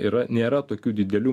yra nėra tokių didelių